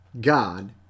God